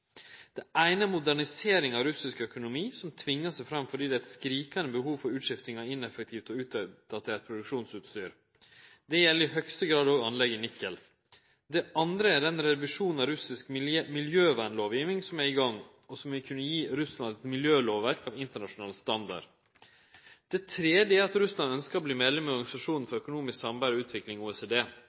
saka: Det eine er moderniseringa av russisk økonomi, som tvingar seg fram fordi det er eit skrikande behov for utskifting av ineffektivt og utdatert produksjonsutstyr. Det gjeld i høgste grad òg anlegget i Nikel. Det andre er den revisjonen av russisk miljøvernlovgjeving som er i gang, og som vil kunne gje Russland eit miljølovverk av internasjonal standard. Det tredje er at Russland ønskjer å verte medlem av Organisasjonen for økonomisk samarbeid og utvikling, OECD.